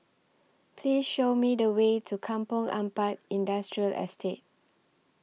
Please Show Me The Way to Kampong Ampat Industrial Estate